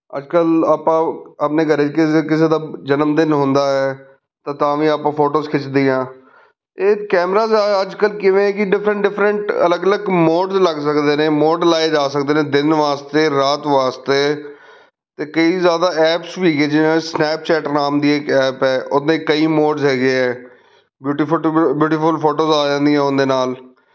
ਅੱਜ ਕੱਲ੍ਹ ਆਪਾਂ ਆਪਣੇ ਘਰ ਕਿਸੇ ਕਿਸੇ ਦਾ ਜਨਮਦਿਨ ਹੁੰਦਾ ਹੈ ਅਤੇ ਤਾਂ ਵੀ ਆਪਾਂ ਫੋਟੋਸ ਖਿੱਚਦੇ ਆ ਇਹ ਕੈਮਰਾ ਅੱਜ ਕੱਲ੍ਹ ਕਿਵੇਂ ਕਿ ਡਿਫਰੈਂਟ ਡਿਫਰੈਂਟ ਅਲੱਗ ਅਲੱਗ ਮੋਡ ਲੱਗ ਸਕਦੇ ਨੇ ਮੋਡ ਲਾਏ ਜਾ ਸਕਦੇ ਨੇ ਦਿਨ ਵਾਸਤੇ ਰਾਤ ਵਾਸਤੇ ਅਤੇ ਕਈ ਜ਼ਿਆਦਾ ਐਪਸ ਵੀ ਹੈਗੇ ਜਿਵੇਂ ਸਨੈਪਚੈਟ ਨਾਮ ਦੀ ਇੱਕ ਐਪ ਹੈ ਉਹਦੇ ਕਈ ਮੋਡਜ਼ ਹੈਗੇ ਹੈ ਬਿਊਟੀਫੁਟ ਬਿਊਟੀਫੁਲ ਫੋਟੋਜ਼ ਆ ਜਾਂਦੀਆਂ ਉਹਦੇ ਨਾਲ